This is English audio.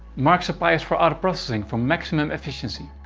mark suppliers for auto-processing for maximum efficiency.